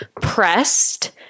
pressed